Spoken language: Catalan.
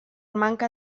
manca